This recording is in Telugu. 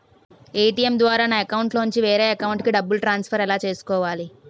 ఏ.టీ.ఎం ద్వారా నా అకౌంట్లోనుంచి వేరే అకౌంట్ కి డబ్బులు ట్రాన్సఫర్ ఎలా చేసుకోవాలి?